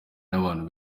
n’abantu